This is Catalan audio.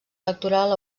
electoral